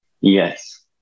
Yes